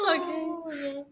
Okay